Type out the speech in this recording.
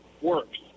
works